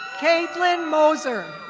caitlin moser.